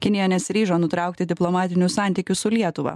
kinija nesiryžo nutraukti diplomatinių santykių su lietuva